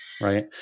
Right